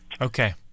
okay